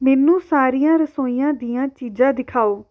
ਮੈਨੂੰ ਸਾਰੀਆਂ ਰਸੋਈਆਂ ਦੀਆਂ ਚੀਜ਼ਾਂ ਦਿਖਾਓ